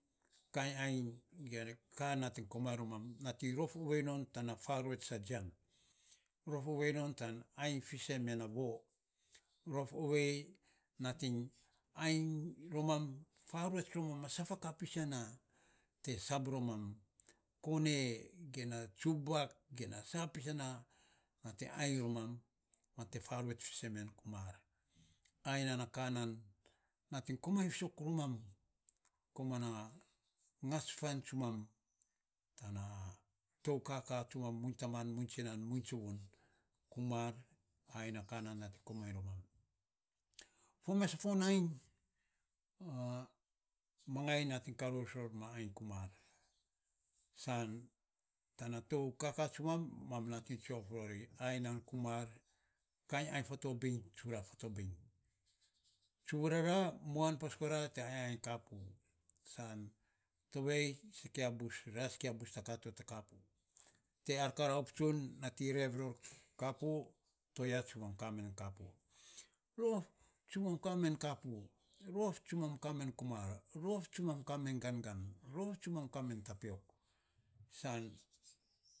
A kainy ainy ge ka nating komainy romam nating rof ovei non tan faruets a jian. Rof ovei non tan ainy fisen men a voo. Rof ovei nating ainy romam faruets romam a safa kapis ya na, te sab romam, kone ge tsubak ge na sa pis ya na, nating ainy romam, mam te faruet fisen mi yan kumar. Ai nana ka nan nating komainy fisok romam komana ngats fan tsumam, tana tou kaka tsumam muiny taman, muiny tsinan, muiny tsuvon kumar ai na nating komainy romam fo mes a fo nainy, ma ngiany nating karous ror ma ainy kumar, san tana tou kaka tsumam mam tsue of varori ainy yam kumar ai nan kainy ainy tsura fatobiny. Fa tsuvurara. muan pas kora te ainy ainy kapu san tovei ra sikia bus ka to kapu. Te ar karaup tsun nating rev ror kapu. To ya tsumam kamirom kapu. Rof tsumam kamen kapu rof tsumam kamen gangan. Rof tsumam kamen kumar rof tsumam kamen tapiok.